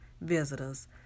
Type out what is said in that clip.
visitors